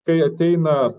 kai ateina